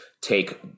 take